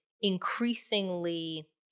increasingly